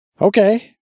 Okay